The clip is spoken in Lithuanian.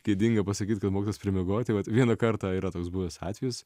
gėdinga pasakyt kad mokytojas pramiegojo tai vat vieną kartą yra toks buvęs atvejis